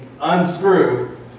unscrew